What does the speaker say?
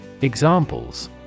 Examples